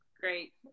great